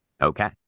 Okay